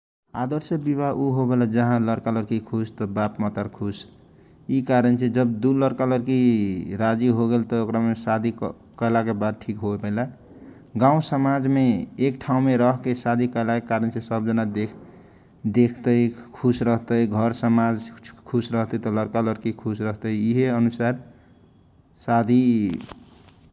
आर्दश विवाह उ होवेला जाहा लरका लरकी खुस त बाप मातार खुस ई कारनसे जब दुऊ लरका लरकी राजी होगेल त ओकरा शदी कैला ठीक होवेला गाउँ समाज मे एक ठाउ मे रहके शदी कैला के कारणसे सबजाना देखतई खुस रहतई घर समाज खुस रहतई त लरका लड़की खुस रहतई त इहे अनुसार शदी ठीक हो वेला ।